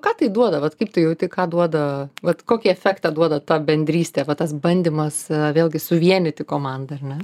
ką tai duoda vat kaip tu jauti ką duoda vat kokį efektą duoda ta bendrystė va tas bandymas vėlgi suvienyti komandą ar ne